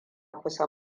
kusa